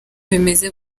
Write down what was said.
bimeze